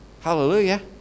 Hallelujah